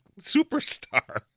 superstar